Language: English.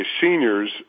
seniors